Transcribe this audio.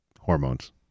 hormones